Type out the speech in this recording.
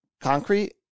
concrete